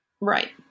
Right